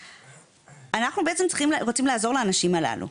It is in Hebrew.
אנחנו בעצם רוצים לעזור לאנשים הללו,